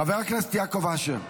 חבר הכנסת יעקב אשר,